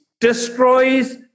destroys